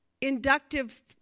inductive